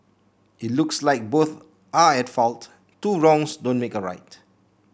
it looks like both are at fault two wrongs don't make a right